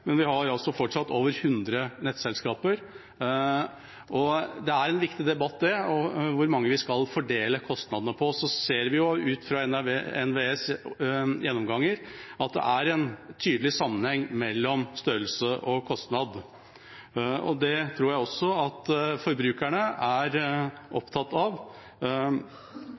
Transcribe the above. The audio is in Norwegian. men vi har fortsatt over 100 nettselskaper. Og det er en viktig debatt hvor mange vi skal fordele kostnadene på. Vi ser ut fra NVEs gjennomganger at det er en tydelig sammenheng mellom størrelse og kostnad. Det tror jeg også at forbrukerne er opptatt av,